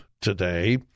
today